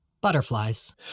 Butterflies